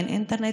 אין אינטרנט,